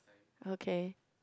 okay